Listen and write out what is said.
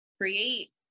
create